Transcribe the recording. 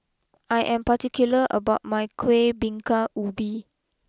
I am particular about my Kuih Bingka Ubi